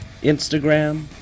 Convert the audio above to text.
Instagram